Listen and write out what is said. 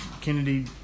Kennedy